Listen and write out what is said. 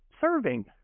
serving